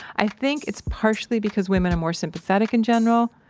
i think it's partially because women are more sympathetic in general.